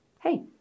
hey